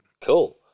Cool